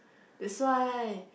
that's why